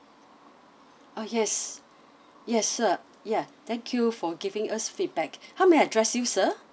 okay yes sir ya thank you for giving us feedback how may I address you sir